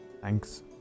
Thanks